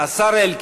השר גלעד